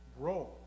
grow